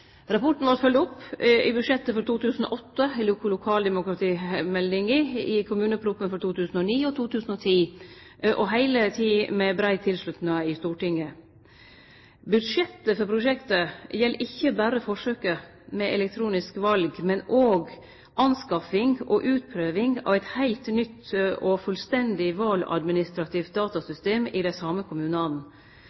opp i budsjettet for 2008, i lokaldemokratimeldinga og i kommuneproposisjonen for 2009 og for 2010, og heile tida med brei tilslutnad i Stortinget. Budsjettet for prosjektet gjeld ikkje berre forsøket med elektronisk val, men òg anskaffing og utprøving av eit heilt nytt og fullstendig valadministrativt